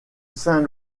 saint